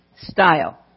style